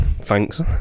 thanks